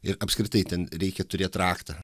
ir apskritai ten reikia turėt raktą